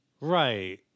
Right